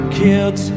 kids